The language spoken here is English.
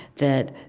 that,